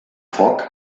foc